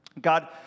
God